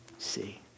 See